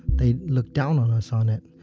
they looked down on us on it.